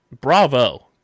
bravo